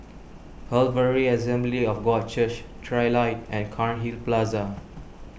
Calvary Assembly of God Church Trilight and Cairnhill Plaza